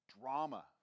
drama